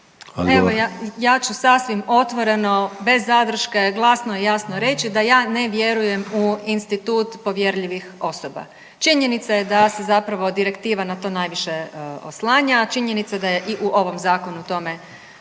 Evo, ja ću sasvim otvoreno bez zadrške glasno i jasno reći, da ja ne vjerujem u institut povjerljivih osoba. Činjenica je da se zapravo Direktiva na to najviše oslanja, činjenica da je i u ovom Zakonu tome